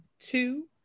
Two